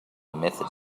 method